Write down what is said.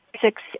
six